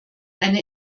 eine